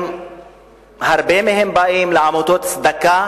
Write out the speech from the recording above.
הרבה מהן באות לעמותות צדקה,